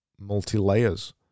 multi-layers